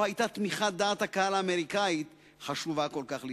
לא היתה תמיכת דעת הקהל האמריקנית חשובה כל כך לישראל.